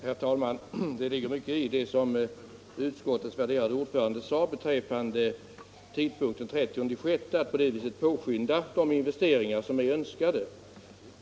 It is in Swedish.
Herr talman! Det ligger mycket i det som utskottets värderade ordförande sade beträffande tidpunkten den 30 juni — att man på det sättet kan påskynda de investeringar som är önskade.